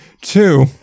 Two